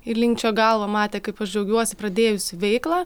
ir linkčiojo galvą matė kaip aš džiaugiuosi pradėjus veiklą